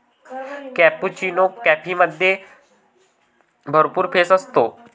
cappuccino कॉफीमध्ये भरपूर फेस असतो